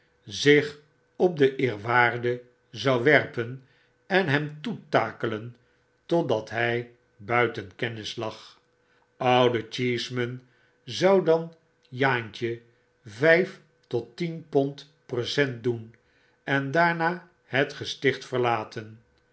zich op den eerwaarde zou werpen en hem toetakelen totdat hij buiten kennislag oude cheeseman zou dan jaantje vijf tot tien pond present doen en daarna het gestichtverlaten